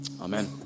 Amen